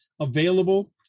available